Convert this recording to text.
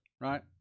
right